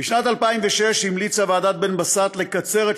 בשנת 2006 המליצה ועדת בן-בסט לקצר את